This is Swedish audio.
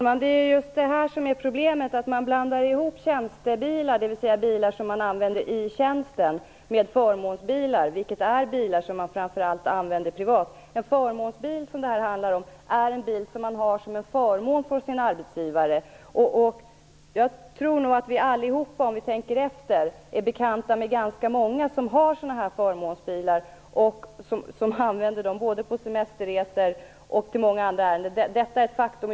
Herr talman! Det är just detta som är problemet. Man blandar ihop tjänstebilar, dvs. bilar som används i tjänsten, med förmånsbilar. Det är bilar som man framför allt använder privat. En förmånsbil är en bil som man har som en förmån från sin arbetsgivare. Jag tror nog att vi allihop om vi tänker efter är bekanta med ganska många som har förmånsbilar och som använder dem både på semesterresor och till många andra ärenden. Detta är ett faktum.